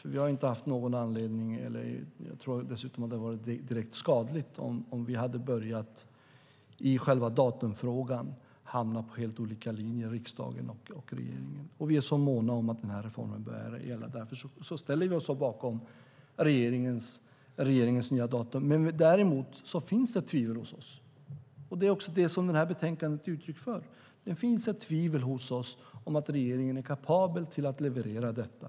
Riksdagen och regeringen har inte haft någon anledning att i själva datumfrågan börja hamna på helt olika linjer, och jag tror dessutom att det hade varit direkt skadligt. Vi är måna om att denna reform börjar gälla, och därför ställer vi oss bakom regeringens nya datum. Däremot finns det tvivel hos oss, och det är det betänkandet ger uttryck för. Det finns ett tvivel hos oss om att regeringen är kapabel att leverera detta.